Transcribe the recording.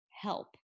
help